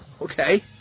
Okay